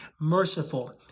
merciful